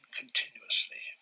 continuously